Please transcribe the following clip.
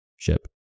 ship